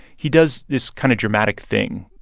he does this kind of dramatic thing.